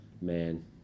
man